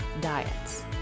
diets